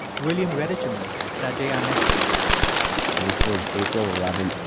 william read it to me that day i met with him so this was april eleven,